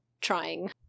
trying